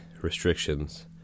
restrictions